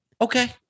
Okay